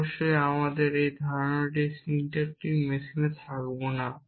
অবশ্যই আমরা এই ধরনের একটি সিনট্যাকটিক মেশিনে থাকব না